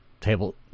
table